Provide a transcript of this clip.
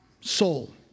soul